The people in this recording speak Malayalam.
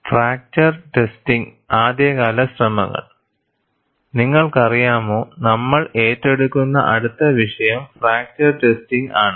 ഫ്രാക്ചർ ടെസ്റ്റിംഗ് ആദ്യകാല ശ്രമങ്ങൾ നിങ്ങൾക്കറിയാമോ നമ്മൾ ഏറ്റെടുക്കുന്ന അടുത്ത വിഷയം ഫ്രാക്ചർ ടെസ്റ്റിംഗ് ആണ്